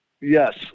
Yes